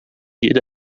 jede